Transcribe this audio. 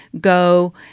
go